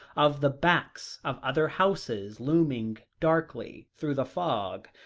of the backs of other houses looming darkly through the fog,